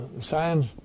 science